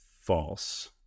false